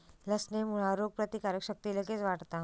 लसणेमुळा रोगप्रतिकारक शक्ती लगेच वाढता